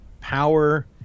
power